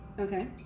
Okay